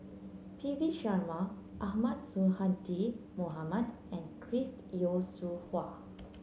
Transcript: P V Sharma Ahmad Sonhadji Mohamad and Chris Yeo Siew Hua